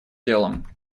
делом